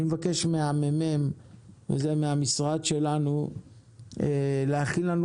אני מבקש מהממ"מ במשרד שלנו להכין לנו